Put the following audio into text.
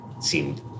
seemed